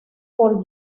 por